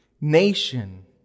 nation